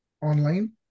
online